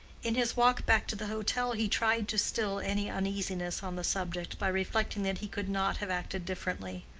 in his walk back to the hotel he tried to still any uneasiness on the subject by reflecting that he could not have acted differently.